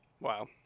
Wow